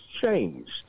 changed